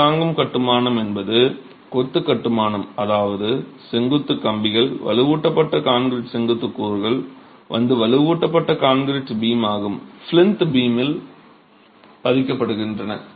சுமை தாங்கும் கட்டுமானம் என்பது கொத்து கட்டுமானம் அதாவது செங்குத்து கம்பிகள் வலுவூட்டப்பட்ட கான்கிரீட் செங்குத்து கூறுகள் வந்து வலுவூட்டப்பட்ட கான்கிரீட் பீம் ஆகும் ஃப்ளிந்த் பீமில் பதிக்கப்படுகின்றன